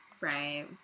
Right